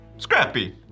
Scrappy